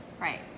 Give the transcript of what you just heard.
Right